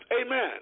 Amen